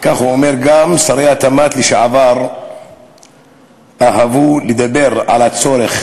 וכך הוא אומר גם: שרי התמ"ת לשעבר אהבו לדבר על הצורך